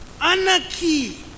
anarchy